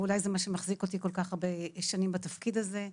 ואולי זה מה שמחזיק אותי כל כך הרבה שנים בתפקיד הזה.